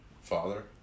Father